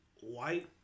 white